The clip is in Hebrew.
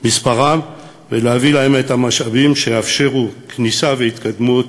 גודלה ולהביא לה את המשאבים שיאפשרו כניסה והתקדמות